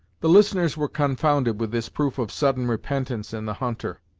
the listeners were confounded with this proof of sudden repentance in the hunter,